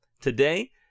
Today